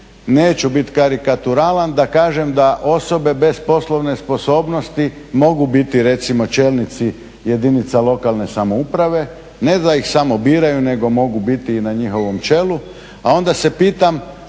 neću biti karikaturalan da kažem da osobe bez poslovne sposobnosti mogu biti recimo čelnici jedinica lokalne samouprave ne da ih samo biraju nego mogu biti i na njihovom čelu. A onda se pitam